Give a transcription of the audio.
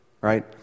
right